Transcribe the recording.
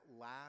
last